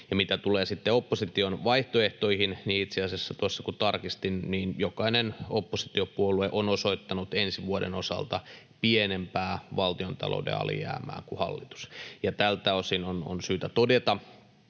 sitten opposition vaihtoehtoihin, niin itse asiassa tuossa kun tarkistin, jokainen oppositiopuolue on osoittanut ensi vuoden osalta pienempää valtiontalouden alijäämää kuin hallitus. Tältä osin on syytä todeta,